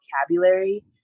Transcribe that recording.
vocabulary